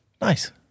Nice